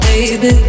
Baby